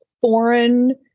foreign